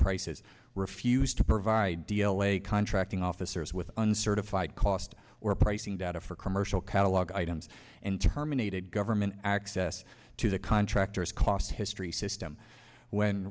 prices refused to provide d l a contracting officers with an certified cost or pricing data for commercial catalog items and terminated government access to the contractor's cost history system when